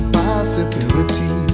possibility